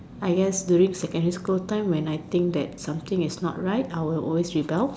I guess during secondary school time when something is not right I will always rebel